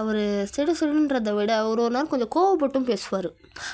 அவர் சிடு சிடுன்றதை விட ஒரு ஒரு நேரம் கொஞ்சம் கோபப்பட்டும் பேசுவார்